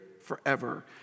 forever